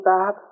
Bob